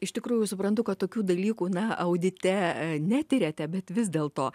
iš tikrųjų suprantu kad tokių dalykų na audite netiriate bet vis dėl to